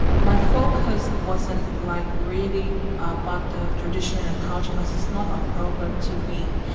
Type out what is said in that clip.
my focus wasn't like really about the traditional culture, cause it's not a problem to me,